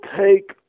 take